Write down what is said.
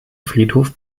friedhof